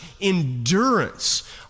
endurance